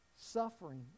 Suffering